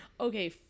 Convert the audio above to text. okay